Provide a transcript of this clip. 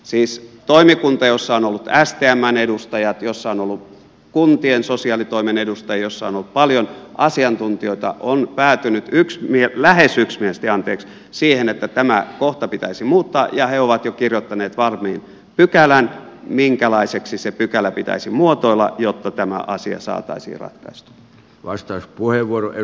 siis toimikunta jossa on ollut stmn edustajat jossa on ollut kuntien sosiaalitoimen edustajia jossa on ollut paljon asiantuntijoita on päätynyt lähes yksimielisesti siihen että tämä kohta pitäisi muuttaa ja he ovat jo kirjoittaneet valmiin pykälän minkälaiseksi se pykälä pitäisi muotoilla jotta tämä asia saataisiin ratkaistua